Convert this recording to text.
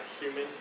human